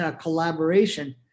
collaboration